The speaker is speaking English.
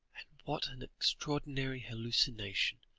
and what an extraordinary hallucination.